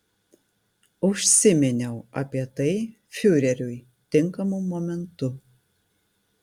užsiminiau apie tai fiureriui tinkamu momentu